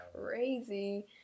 crazy